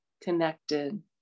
connected